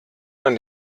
man